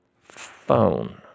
phone